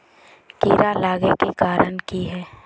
कीड़ा लागे के कारण की हाँ?